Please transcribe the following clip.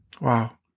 Wow